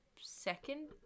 second